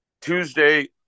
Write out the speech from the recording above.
Tuesday